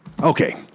Okay